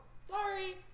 sorry